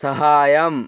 സഹായം